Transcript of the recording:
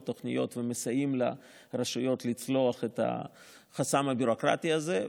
תוכניות ומסייעים לרשויות לצלוח את החסם הביורוקרטי הזה.